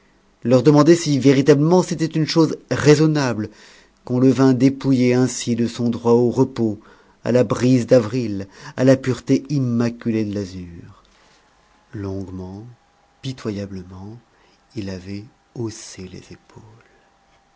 leur demander si véritablement c'était une chose raisonnable qu'on le vînt dépouiller ainsi de son droit au repos à la brise d'avril à la pureté immaculée de l'azur longuement pitoyablement il avait haussé les épaules